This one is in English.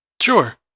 Sure